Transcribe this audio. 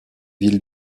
villes